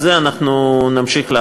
את זה אנחנו נמשיך לעשות.